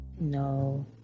No